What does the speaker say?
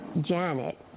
Janet